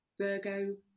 virgo